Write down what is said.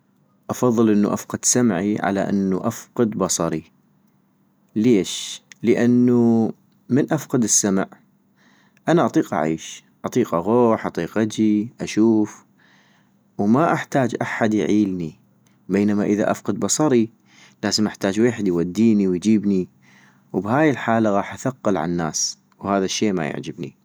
افضل انو افقد سمعي على انو افقد بصري ليش؟ -لانو من افقد السمع انا اطيق اعيش ، اطيق اغوح اطيق اجي اشوف وما احتاج احد يعيلني، بينما اذا افقد بصري، لازم احتاج ويحد يوديني ويجيبني، وبهلي الحالة غاح اثقل عالناس، وهذا الشي ما يعجبني